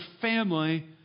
family